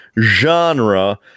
genre